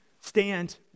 stand